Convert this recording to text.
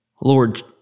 Lord